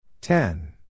Ten